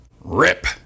Rip